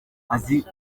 azi